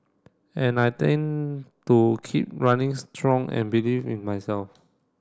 and I tend to keep running strong and believe in myself